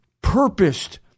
purposed